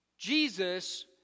Jesus